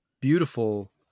beautiful